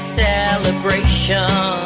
celebration